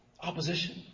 Opposition